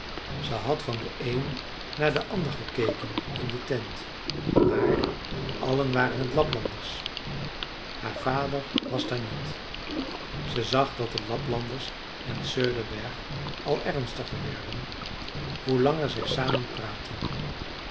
ze had van den een naar den ander gekeken in de tent maar allen waren t laplanders haar vader was daar niet ze zag dat de laplanders en söderberg al ernstiger werden hoe langer zij samen praatten